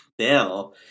Now